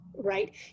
right